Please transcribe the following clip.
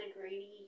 greedy